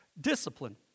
discipline